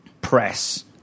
press